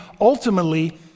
Ultimately